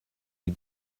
wie